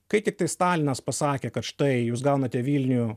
kai tiktai stalinas pasakė kad štai jūs gaunate vilnių